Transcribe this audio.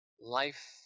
Life